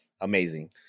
amazing